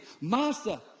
Master